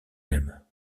mêmes